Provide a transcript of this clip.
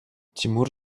тимур